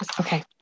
Okay